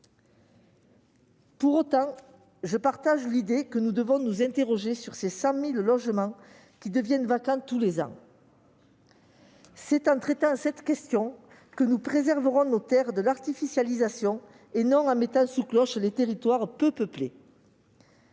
Pour autant, je partage l'idée que nous devons nous interroger sur ces 100 000 logements qui deviennent vacants tous les ans. C'est en traitant cette question que nous préserverons nos terres de l'artificialisation et non en mettant sous cloche les territoires peu peuplés.